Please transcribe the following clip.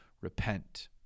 repent